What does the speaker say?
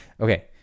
Okay